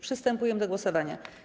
Przystępujemy do głosowania.